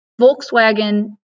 Volkswagen